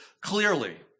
clearly